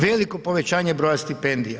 Veliko povećanje broja stipendija.